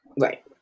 Right